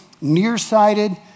nearsighted